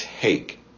take